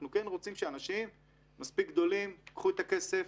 אנחנו כן רוצים שאנשים מספיק גדולים קחו את הכסף,